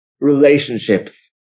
relationships